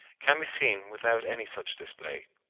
can be seen without any such display.